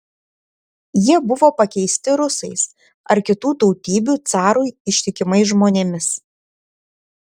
jie buvo pakeisti rusais ar kitų tautybių carui ištikimais žmonėmis